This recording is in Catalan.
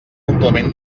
complement